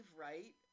right